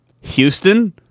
Houston